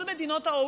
מול מדינות ה-OECD,